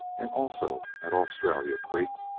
and also at australia creek,